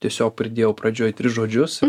tiesiog pridėjau pradžioj tris žodžius